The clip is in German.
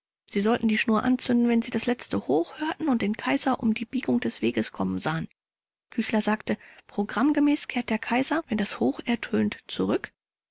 sie sollten die schnur anzünden wenn sie das letzte hoch hörten und den kaiser um die biegung des weges kommen sahen küchler sagte programmgemäß kehrt der kaiser wenn das hoch ertönt zurück